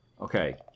Okay